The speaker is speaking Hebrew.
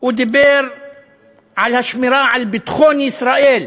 הוא דיבר על השמירה על ביטחון ישראל,